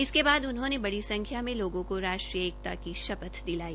इसके बाद उन्होंने बड़ी संख्या में लोगों को राष्ट्रीय एकता की शपथ दिलाई